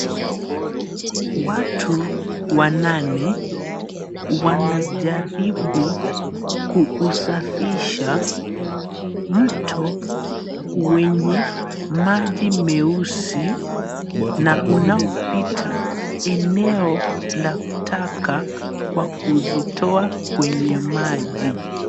Watu wanane wanajaribu kuusafisha mto wenye maji meusi na unaopita eneo la taka kwa kuzitoa kwenye maji.